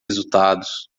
resultados